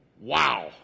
Wow